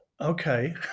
Okay